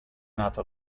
nata